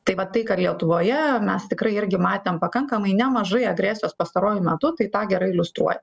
tai va tai kad lietuvoje mes tikrai irgi matėm pakankamai nemažai agresijos pastaruoju metu tai tą gerai iliustruoj